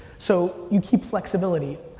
so, you keep flexibility.